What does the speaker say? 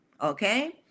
okay